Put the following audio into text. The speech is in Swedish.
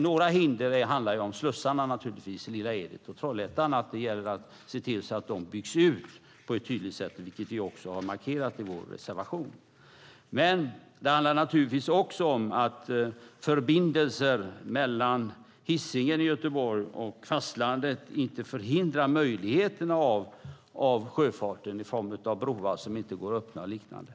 Några hinder handlar naturligtvis om slussarna i Lilla Edet och Trollhättan. Det gäller att se till att de byggs ut, vilket vi också har markerat i vår reservation. Men det handlar naturligtvis också om att förbindelser mellan Hisingen i Göteborg och fastlandet inte hindrar möjligheten till sjöfart på grund av broar som inte går att öppna och liknande.